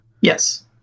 Yes